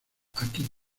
aquí